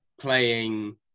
playing